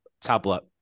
tablet